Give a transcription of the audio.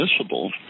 admissible